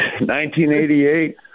1988